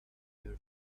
your